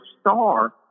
star